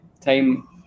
time